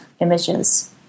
images